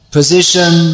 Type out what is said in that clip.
Position